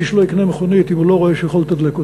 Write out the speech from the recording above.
איש לא יקנה מכונית אם הוא לא רואה שהוא יכול לתדלק אותה,